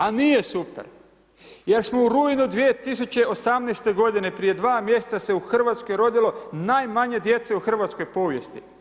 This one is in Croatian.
A nije super jer smo u rujnu 2018. godine prije 2 mjeseca se u Hrvatskoj rodilo najmanje djece u hrvatskoj povijesti.